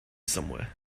somewhere